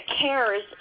cares